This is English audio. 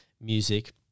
music